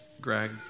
Greg